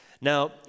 Now